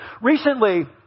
Recently